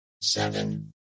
seven